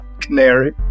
canary